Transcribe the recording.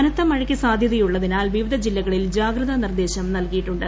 കനത്ത മഴയ്ക്ക് സാധ്യ്തയുള്ളതിനാൽ വിവിധ ജില്ലകളിൽ ജാഗ്രതാ നിർദ്ദേശം നല്കീയ്ക്കിട്ടുണ്ട്